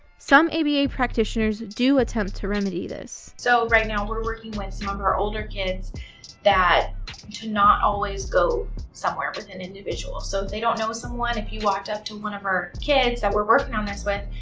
some aba practitioners do attempt to remedy this. so, right now, we're working with some of our older kids that to not always go somewhere with an individual. so, if they don't know someone, if you walked up to one of our kids that we're working on this with,